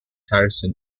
harrison